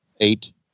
Eight